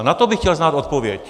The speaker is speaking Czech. Na to bych chtěl znát odpověď.